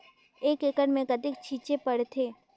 एक एकड़ मे कतेक छीचे पड़थे?